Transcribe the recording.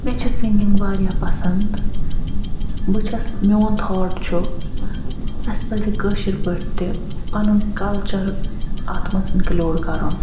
مےٚ چھِ سِنٛگِنٛگ وارِیاہ پسنٛد بہٕ چھَس میون تھاٹ چھُ اَسہِ پَزِ کٲشٕر پٲٹھۍ تہِ پنُن کلچر اَتھ منٛز اِنکِلیوٗڈ کَرُن